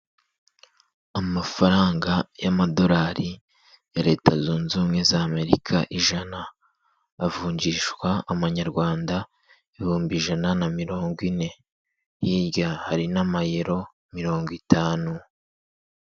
Amafaranga y'amadolari ya leta zunze ubumwe za Amerika ijana avungishwa Amanyarwanda ibihumbi ijana na mirongo ine hirya hari n'amayero mirongo itanu.